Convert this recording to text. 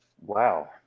Wow